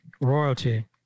Royalty